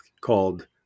called